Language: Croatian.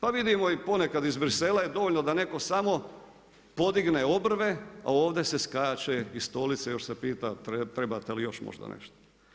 Pa vidimo ponekad iz Bruxellesa je dovoljno da neko samo podigne obrve, a ovdje se skače iz stolice još se pita trebate li još možda nešto.